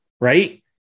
right